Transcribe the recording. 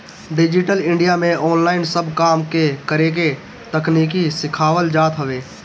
digital India में online सब काम के करेके तकनीकी सिखावल जात हवे